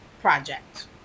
project